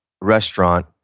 restaurant